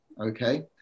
okay